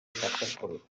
successful